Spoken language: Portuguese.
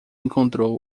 encontrou